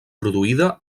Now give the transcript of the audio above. produïda